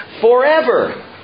Forever